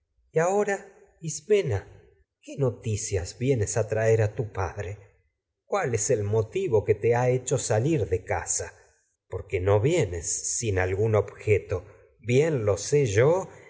y ahora ismena es qué noticia que traer padre cuál el motivo te ha hecho salir de casa porque no vienes sin algún objeto bien lo sé yo